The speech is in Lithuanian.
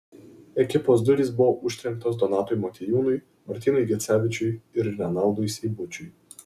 ekipos durys buvo užtrenktos donatui motiejūnui martynui gecevičiui ir renaldui seibučiui